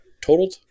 totaled